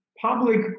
public